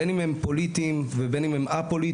בין אם הם פוליטיים ובין אם הם א-פוליטיים.